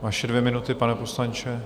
Vaše dvě minuty, pane poslanče.